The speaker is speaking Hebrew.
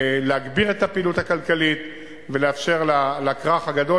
להגביר את הפעילות הכלכלית ולאפשר לכרך הגדול